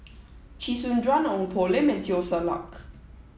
Chee Soon Juan Ong Poh Lim and Teo Ser Luck